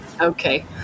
Okay